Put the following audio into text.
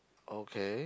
okay